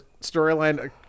storyline